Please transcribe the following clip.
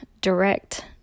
direct